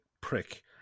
prick